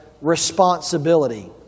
responsibility